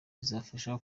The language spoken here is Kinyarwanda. bizafasha